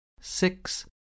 six